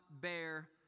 bear